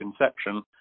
inception